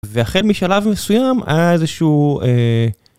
והחל משלב מסוים היה איזה שהוא.